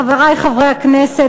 חברי חברי הכנסת,